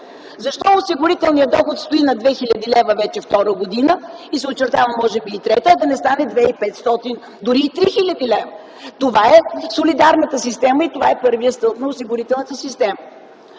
Защо осигурителният доход стои на 2000 лв. вече втора година и се очертава може би и трета, а да не стане 2500 лв., дори и 3000 лв.? Това е солидарната система и това е първият стълб на осигурителната система.